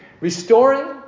restoring